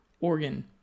organ